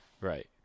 Right